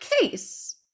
case